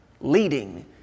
leading